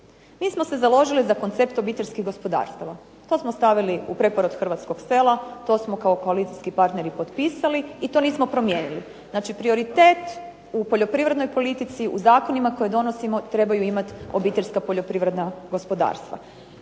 Mi smo se založili za koncept obiteljskih gospodarstava. To smo stavili u preporod hrvatskog sela. To smo kao koalicijski partneri potpisali i to nismo promijenili. Znači prioritet u poljoprivrednoj politici, u zakonima koje donosimo trebaju imati obiteljska poljoprivredna gospodarstva.